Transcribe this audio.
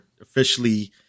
officially